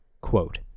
Quote